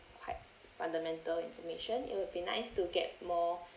quite fundamental information it would be nice to get more